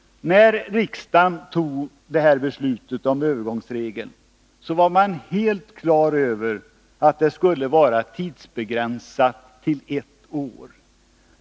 När riksdagen antog detta beslut om övergångsregler var det helt klart att de skulle vara tidsbegränsade till ett år.